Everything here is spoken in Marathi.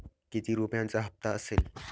किती रुपयांचा हप्ता असेल?